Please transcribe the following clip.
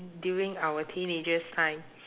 during our teenagers time